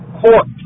court